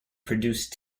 produced